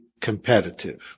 competitive